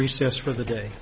recess for the day